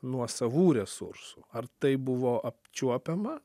nuo savų resursų ar tai buvo apčiuopiama